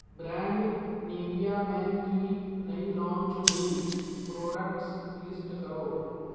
brand نیویامین کی نئی لانچ ہوئی پروڈکٹس لسٹ کرو